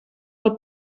del